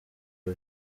ngo